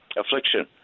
affliction